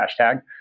hashtag